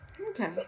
Okay